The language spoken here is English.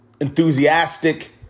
enthusiastic